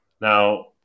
now